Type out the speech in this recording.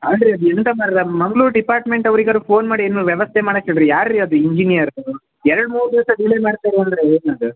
ಆದರೆ ಅದು ಎಂತ ಮಾರ್ರಾ ಮಂಗ್ಳೂರು ಡಿಪಾರ್ಟ್ಮೆಂಟ್ ಅವ್ರಿಗಾದ್ರು ಫೋನ್ ಮಾಡಿ ಏನು ವ್ಯವಸ್ಥೆ ಮಾಡಕ್ಕೆ ಹೇಳಿ ರೀ ಯಾರು ರೀ ಅದು ಇಂಜೀನಿಯರ್ ಅದು ಎರಡು ಮೂರು ದಿವಸ ಡಿಲೇ ಮಾಡ್ತಾರೆ ಅಂದರೆ ಏನು ಅದು